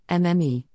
MME